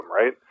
right